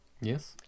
Yes